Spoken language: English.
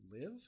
live